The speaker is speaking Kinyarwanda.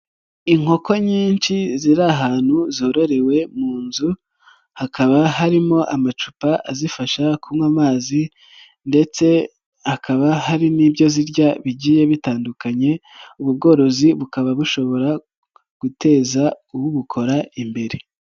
Inkoko nyinshi ziri ahantu zororewe mu nzu, hakaba harimo amacupa azifasha kunywa amazi ndetse hakaba hari n'ibyo zirya bigiye bitandukanye, ubu bworozi bukaba bushobora guteza ubukora imbere.